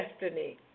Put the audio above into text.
destiny